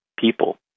people